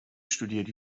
studiert